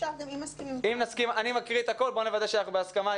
אני מקריא את הכול, בואו נוודא שאנחנו בהסכמה.